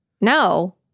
No